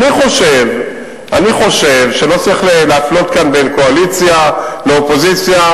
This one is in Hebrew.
אני חושב שלא צריך להפלות כאן בין קואליציה לאופוזיציה,